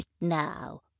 now